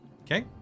Okay